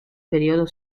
periodo